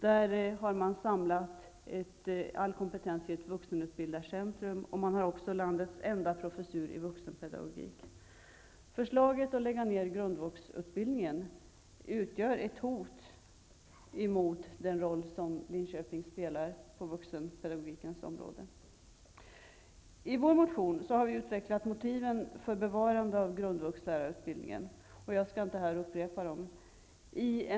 Där har de samlat all kompetens i ett vuxenutbildarcentrum. De har också landets enda professur i vuxenpedagogik. Förslaget att lägga ned grundvuxutbildningen utgör ett hot mot den roll som Linköping spelar på vuxenpedagogikens område. Vi har i vår motion utvecklat motiven för bevarande av grundvuxlärarutbildningen. Jag skall inte upprepa dem här.